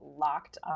locked